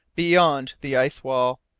beyond the ice-wall,